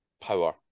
power